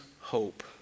hope